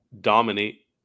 dominate